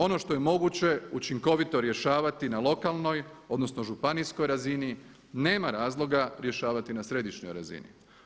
Ono što je moguće učinkovito rješavati na lokalnoj, odnosno županijskoj razini nema razloga rješavati na središnjoj razini.